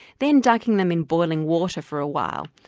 then dunking them in boiling water for a while.